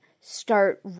start